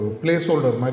placeholder